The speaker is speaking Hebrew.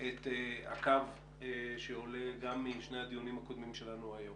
את הקו שעולה גם משני הדיונים הקודמים שלנו היום,